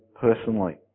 personally